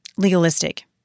legalistic